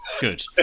Good